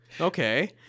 Okay